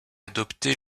adopté